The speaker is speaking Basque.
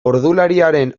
ordulariaren